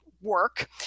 work